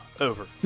over